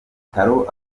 bitaro